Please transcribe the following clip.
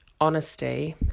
honesty